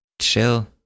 chill